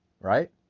Right